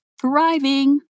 thriving